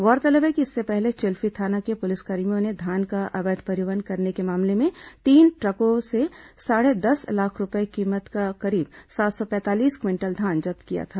गौरतलब है कि इससे पहले चिल्फी थाना के पुलिसकर्मियों ने धान का अवैध परिवहन करने के मामले में तीन ट्रकों से साढ़े दस लाख रूपये कीमत का करीब सात सौ पैंतालीस क्विंटल धान जब्त किया था